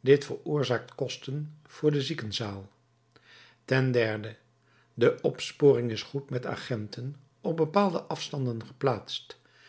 dit veroorzaakt kosten voor de ziekenzaal ten derde de opsporing is goed met agenten op bepaalde afstanden geplaatst